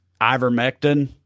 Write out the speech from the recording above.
ivermectin